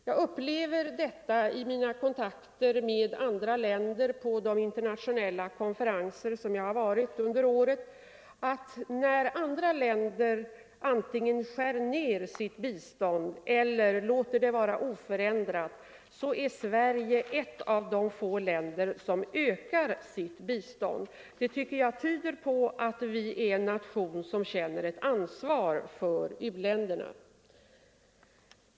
Vid de internationella konferenser som jag deltagit i under året har jag i mina kontakter med andra länders representanter upplevt att när andra länder antingen skär ned sitt bistånd eller låter det vara oförändrat är Sverige ett av de få länder som ökar 3 sitt bistånd. Det tycker jag tyder på att vi är en nation som känner ansvar för u-länderna.